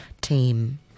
team